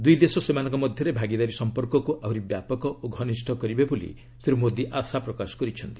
ଦୁଇ ଦେଶ ସେମାନଙ୍କ ମଧ୍ୟରେ ଭାଗିଦାରୀ ସମ୍ପର୍କକୁ ଆହୁରି ବ୍ୟାପକ ଓ ଘନିଷ୍ଠ କରିବେ ବୋଲି ଶ୍ରୀ ମୋଦୀ ଆଶା ପ୍ରକାଶ କରିଛନ୍ତି